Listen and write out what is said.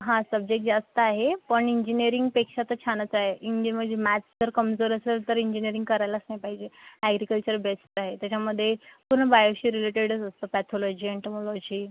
हा सब्जेक्ट जास्त आहे पण इंजिनियरिंगपेक्षा तर छानच आहे इंग्लिशमध्ये मॅथ्स जर कमजोर असेल तर इंजिनियरिंग करायलाच नाही पाहिजे ॲग्रिकल्चर बेस्ट आहे त्याच्यामध्ये पूर्ण बायोशी रिलेटेडच असतं पॅथोलॉजी ॲन्टोमॉलॉजी